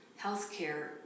healthcare